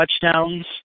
touchdowns